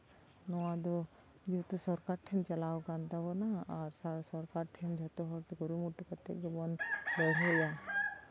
ᱱᱚᱣᱟ ᱫᱚ ᱡᱮᱦᱮᱛᱩ ᱥᱚᱨᱠᱟᱨ ᱴᱷᱮᱱ ᱪᱟᱞᱟᱣ ᱟᱠᱟᱱ ᱛᱟᱵᱚᱱᱟ ᱟᱨ ᱥᱚᱨᱠᱟᱨ ᱴᱷᱮᱱ ᱡᱚᱛᱚ ᱠᱩᱨᱩᱢᱩᱴᱩ ᱠᱟᱛᱮ ᱜᱮᱵᱚᱱ ᱞᱟᱹᱲᱦᱟᱹᱭᱟ